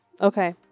okay